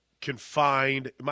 confined